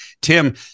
Tim